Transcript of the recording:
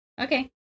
Okay